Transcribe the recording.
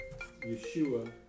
Yeshua